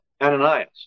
Ananias